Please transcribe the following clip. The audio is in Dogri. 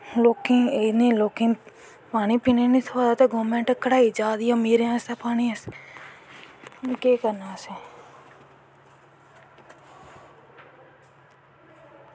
लोकें गी इ'नें लोकें गी पीनें गी पानी नी थ्होआ दा ते गौरमैंट कढाई जा दी ऐ अमीरैं आस्तै हून केह् करनां ऐं असैं